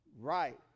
right